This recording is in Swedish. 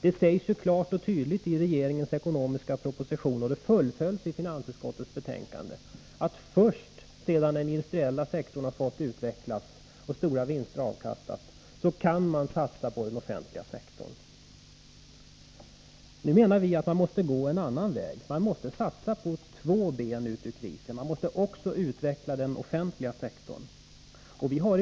Det sägs ju klart och tydligt i regeringens ekonomiska proposition, och fullföljs i finansutskottets betänkande, att först sedan den industriella sektorn har fått utvecklas och efter det att stora vinster uppstått kan man satsa på den offentliga sektorn. Nu menar vi att man måste gå en annan väg. Man måste satsa på två saker för att komma ut ur krisen. Även den offentliga sektorn måste utvecklas.